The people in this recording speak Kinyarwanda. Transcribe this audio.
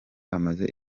amaze